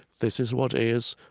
this is what is.